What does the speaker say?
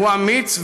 הוא אמיץ,